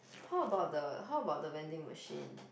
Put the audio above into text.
how about the how about the vending machine